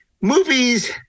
movies